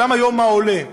ולמה יום העולה?